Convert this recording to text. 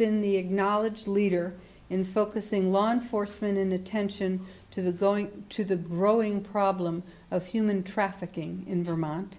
been the acknowledged leader in focusing law enforcement and attention to the going to the growing problem of human trafficking in vermont